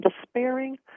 despairing